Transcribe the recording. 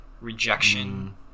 rejection